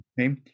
Okay